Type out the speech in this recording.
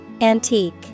Antique